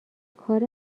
کار